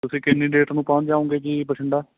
ਤੁਸੀਂ ਕਿੰਨੀ ਡੇਟ ਨੂੰ ਪੁਹੰਚ ਜਾਓਗੇ ਜੀ ਬਠਿੰਡਾ